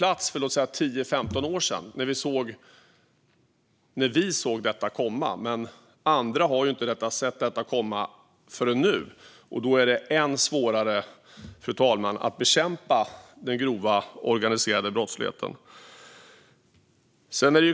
I många av dessa frågor vill några av partierna, inte minst Liberalerna, gå ytterligare steg. Andra har dock inte sett det komma förrän nu, och därför är det svårare att bekämpa den grova, organiserade brottsligheten.